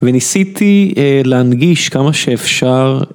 וניסיתי להנגיש כמה שאפשר.